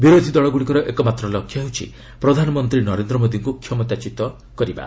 ବିରୋଧୀ ଦଳଗୁଡ଼ିକର ଏକମାତ୍ର ଲକ୍ଷ୍ୟ ହେଉଛି ପ୍ରଧାନମନ୍ତ୍ରୀ ନରେନ୍ଦ୍ର ମୋଦିକୁ କ୍ଷମତାକୁ ଫେରିବାକୁ ନ ଦେବା